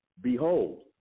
behold